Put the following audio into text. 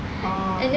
oh